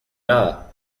nada